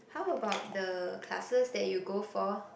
how about the classes that you go for